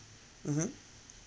mmhmm